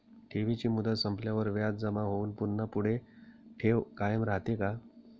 ठेवीची मुदत संपल्यावर व्याज जमा होऊन पुन्हा पुढे ठेव कायम राहते का?